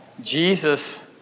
Jesus